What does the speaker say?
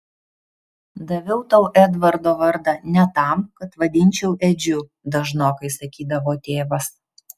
daviau tau edvardo vardą ne tam kad vadinčiau edžiu dažnokai sakydavo tėvas